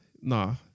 nah